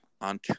on